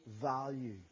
value